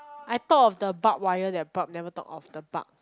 I thought of the barbed wire that barbed never talk of the bark